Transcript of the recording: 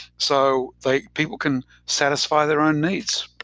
so like people can satisfy their own needs.